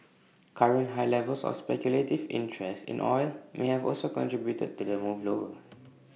current high levels of speculative interest in oil may have also contributed to the move lower